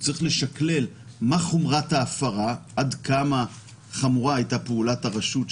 הוא צריך לשקלל בין חומרת ההפרה בפעולת הרשות,